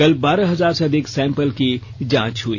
कल बारह हजार से अधिक सैंपल की जांच हुई